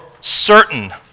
certain